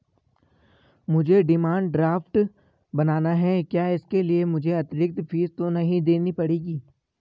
मुझे demand draft बनाना है क्या इसके लिए मुझे अतिरिक्त फीस तो नहीं देनी पड़ेगी?